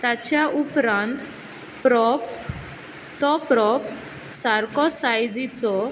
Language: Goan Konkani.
ताच्या उपरांत प्रोप तो प्रोप सारको सायजीचो